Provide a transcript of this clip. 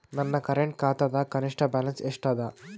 ನನ್ನ ಕರೆಂಟ್ ಖಾತಾದಾಗ ಕನಿಷ್ಠ ಬ್ಯಾಲೆನ್ಸ್ ಎಷ್ಟು ಅದ